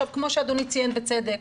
כמו שאדוני ציין בצדק,